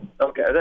Okay